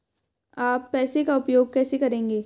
आप पैसे का उपयोग कैसे करेंगे?